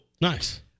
Nice